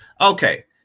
Okay